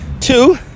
Two